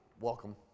welcome